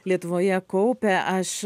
lietuvoje kaupė aš